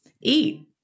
eat